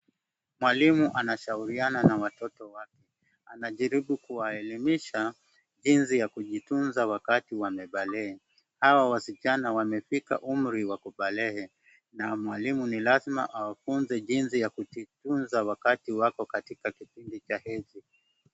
Mwalimu anashauriana na watoto wake. Anajaribu kuwa elimisha jinsi ya kujitunza wakati wamebalehe,.hawa wasichana wamefika umri wa kubalehe na mwalimu ni lazima awafunze jinsi kujitunza wakati wapo katika kipindi cha hedhi.